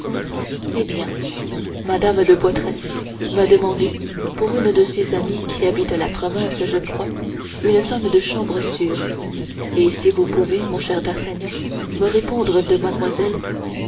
eh bien mme de bois tracy m'a demandé pour une de ses amies qui habite la province je crois une femme de chambre sûre et si vous pouvez mon cher d'artagnan me répondre de mademoiselle